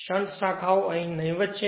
shunt શાખાઓ નહિવત્ છે